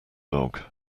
dog